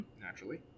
Naturally